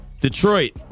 Detroit